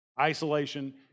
Isolation